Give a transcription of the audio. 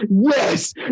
yes